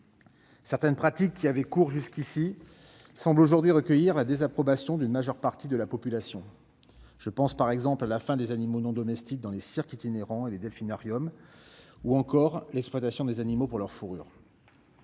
Certaines pratiques qui avaient cours jusqu'alors semblent aujourd'hui recueillir la désapprobation d'une majeure partie de la population. Je pense notamment à la fin des animaux non domestiques dans les cirques itinérants et les delphinariums ou à l'exploitation des animaux pour leur fourrure.